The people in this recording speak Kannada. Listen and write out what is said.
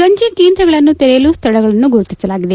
ಗಂಜಿ ಕೇಂದ್ರಗಳನ್ನು ತೆರೆಯಲು ಸ್ಥಳಗಳನ್ನು ಗುರುತಿಸಲಾಗಿದೆ